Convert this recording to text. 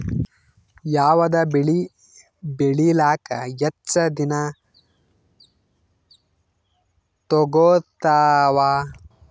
ಯಾವದ ಬೆಳಿ ಬೇಳಿಲಾಕ ಹೆಚ್ಚ ದಿನಾ ತೋಗತ್ತಾವ?